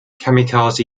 kamikaze